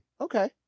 Okay